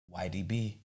YDB